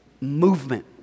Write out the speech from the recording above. movement